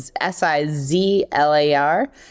S-I-Z-L-A-R